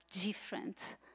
different